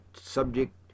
subject